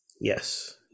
Yes